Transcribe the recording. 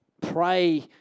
pray